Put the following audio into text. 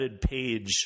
page